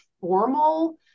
formal